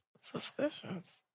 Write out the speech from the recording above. Suspicious